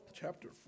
Chapter